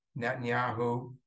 Netanyahu